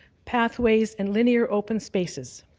pathways, and linear open spaces.